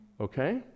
Okay